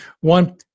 One